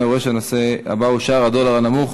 אני רואה שהנושא הבא הוא: שער הדולר הנמוך